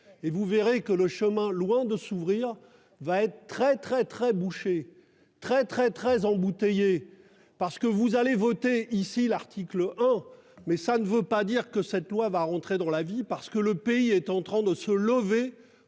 et vous verrez que le chemin. Loin de s'ouvrir, va être très très très bouché très très très embouteillés. Parce que vous allez voter ici l'article hein mais ça ne veut pas dire que cette loi va rentrer dans la vie parce que le pays est en train de se lever